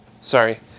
sorry